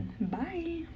bye